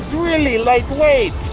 really like ah,